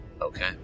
Okay